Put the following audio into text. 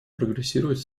прогрессировать